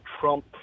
Trump